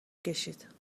کشید